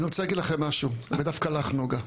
אני רוצה להגיד לכם משהו, ודווקא לך, נגה.